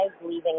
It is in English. leaving